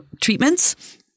treatments